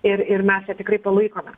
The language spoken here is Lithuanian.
ir ir mes ją tikrai palaikome